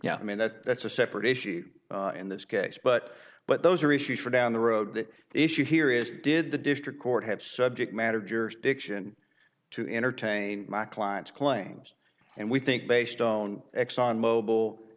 yeah i mean that that's a separate issue in this case but but those are issues for down the road the issue here is did the district court have subject matter jurisdiction to entertain my client's claims and we think based on exxon mobil